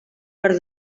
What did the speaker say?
per